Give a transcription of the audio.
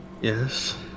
Yes